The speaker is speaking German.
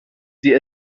sie